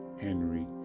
Henry